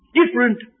different